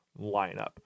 lineup